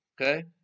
Okay